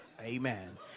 Amen